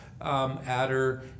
Adder